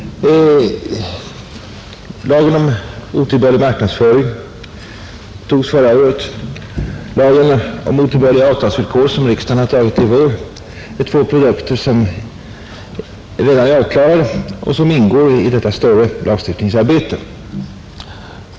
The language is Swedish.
Lagen om otillbörlig marknadsföring som antogs förra året och lagen om otillbörliga avtalsvillkor som riksdagen antagit i år är två produkter som redan är avklarade och som ingår i detta lagstiftningsarbete.